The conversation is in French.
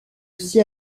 aussi